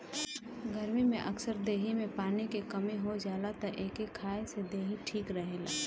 गरमी में अक्सर देहि में पानी के कमी हो जाला तअ एके खाए से देहि ठीक रहेला